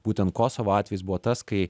būtent kosovo atvejis buvo tas kai